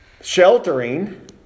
Sheltering